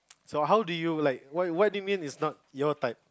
so how do you like what what do you know mean is not your type